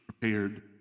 prepared